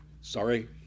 Sorry